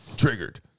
triggered